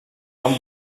van